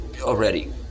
already